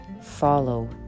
follow